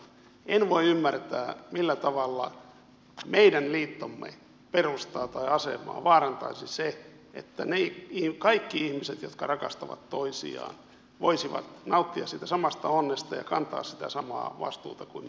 en voi ymmärtää millä tavalla meidän liittomme perustaa tai asemaa vaarantaisi se että kaikki ihmiset jotka rakastavat toisiaan voisivat nauttia siitä samasta onnesta ja kantaa sitä samaa vastuuta kuin me olemme tehneet